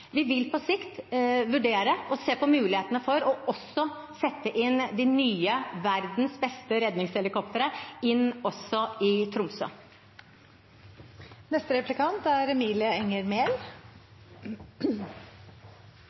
Vi vil på sikt vurdere og se på mulighetene for også å sette inn de nye redningshelikoptrene – verdens beste – også i Tromsø.